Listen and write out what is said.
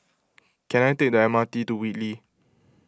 can I take the M R T to Whitley